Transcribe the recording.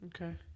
Okay